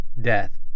death